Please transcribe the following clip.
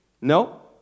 No